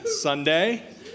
Sunday